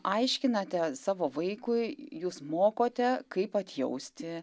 aiškinate savo vaikui jūs mokote kaip atjausti